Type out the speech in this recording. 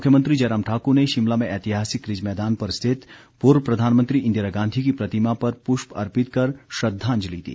मुख्यमंत्री जयराम ठाकुर ने शिमला में ऐतिहासिक रिज मैदान पर स्थित पूर्व प्रधानमंत्री इंदिरा गांधी की प्रतिमा पर पुष्प अर्पित कर श्रद्वांजलि दी